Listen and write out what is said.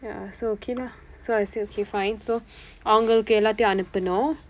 ya so okay lah so I say okay fine so அவங்களுக்கு எல்லாமே அனுப்புனோம்:avangkalukku ellamee anuppunoom